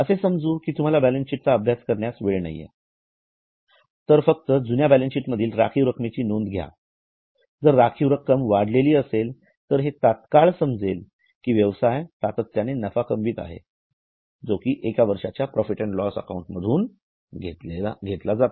असे समजू कि तुम्हाला बॅलन्सशीट चा अभ्यास करण्यास वेळ नाही तर फक्त जुन्या बॅलन्सशीट मधील राखीव रक्कमेची नोंद घ्याजर राखीव रक्कम वाढलेली असेल तर हे तात्काळ समजेल कि व्यवसाय सातत्याने नफा कमवीत आहे जो कि एक वर्षाच्या प्रॉफिट अँड लॉस अकाउंट मधून घेतला जातो